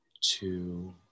two